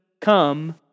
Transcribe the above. come